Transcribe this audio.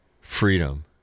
freedom